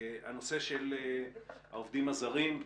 הנושא של העובדים הזרים,